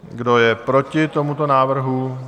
Kdo je proti tomuto návrhu?